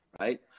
right